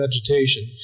vegetation